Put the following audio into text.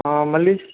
మల్లి